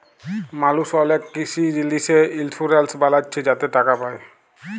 মালুস অলেক কিসি জিলিসে ইলসুরেলস বালাচ্ছে যাতে টাকা পায়